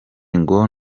ngo